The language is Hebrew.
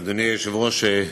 אדוני היושב-ראש.